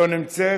לא נמצאת.